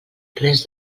res